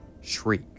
shriek